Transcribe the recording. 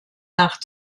nach